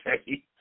Okay